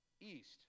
East